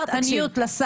תעודת עניות לשר.